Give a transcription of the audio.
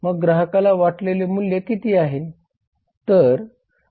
मग ग्राहकाला वाटलेले मूल्य किती आहे